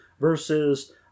versus